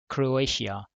croatia